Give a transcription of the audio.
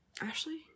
ashley